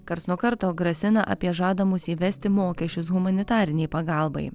karts nuo karto grasina apie žadamus įvesti mokesčius humanitarinei pagalbai